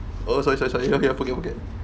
oh sorry sorry sorry forget forget forget